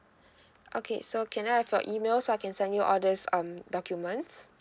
okay so can I have your email so I can send you all these um documents